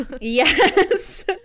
Yes